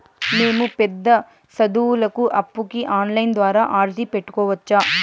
మేము పెద్ద సదువులకు అప్పుకి ఆన్లైన్ ద్వారా అర్జీ పెట్టుకోవచ్చా?